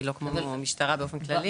היא לא כמו משטרה באופן כללי.